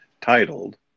titled